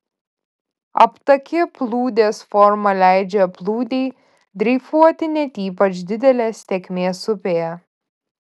aptaki plūdės forma leidžia plūdei dreifuoti net ypač didelės tėkmės upėje